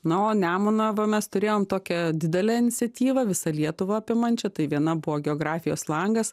na o nemuną va mes turėjom tokią didelę iniciatyvą visą lietuvą apimančią tai viena buvo geografijos langas